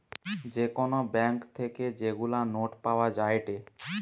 যে কোন ব্যাঙ্ক থেকে যেগুলা নোট পাওয়া যায়েটে